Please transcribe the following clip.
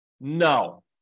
No